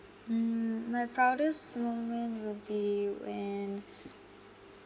mm my proudest moment will be when